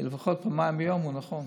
כי לפחות פעמיים ביום הוא נכון.